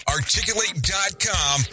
articulate.com